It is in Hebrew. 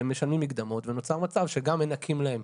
הם משלמים מקדמות ונוצר מצב שגם מנכים להם